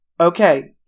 Okay